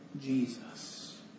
Jesus